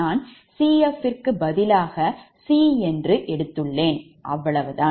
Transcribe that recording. நான் Cf க்கு பதிலாக C என்று எடுத்துள்ளேன் அவ்வளவுதான்